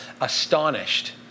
astonished